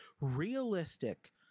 realistic